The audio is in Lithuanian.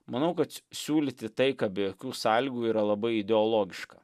manau kad siūlyti taiką be jokių sąlygų yra labai ideologiška